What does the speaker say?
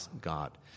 god